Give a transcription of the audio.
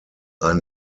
ein